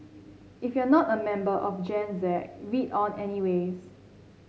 if you're not a member of Gen Z read on anyways